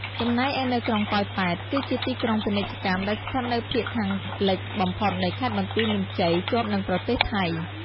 ចំណែកឯនៅក្រុងប៉ោយប៉ែត គឺជាទីក្រុងពាណិជ្ជកម្ម ដែលស្ថិតនៅភាគខាងលិចបំផុតនៃខេត្តបន្ទាយមានជ័យ ជាប់នឹងប្រទេសថៃ។